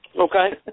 Okay